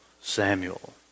Samuel